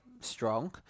strong